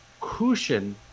Cushion